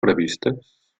previstes